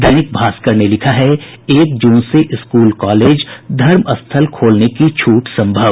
दैनिक भास्कर ने लिखा है एक जून से स्कूल कॉलेज धर्म स्थल खोलने की छूट संभव